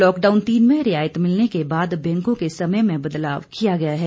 lockdown तीन में रियायतें मिलने के बाद बैंकों के समय में बदलावा किया गया है